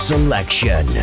Selection